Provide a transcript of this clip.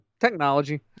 technology